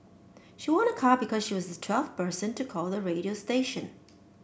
she won a car because she was the twelfth person to call the radio station